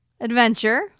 adventure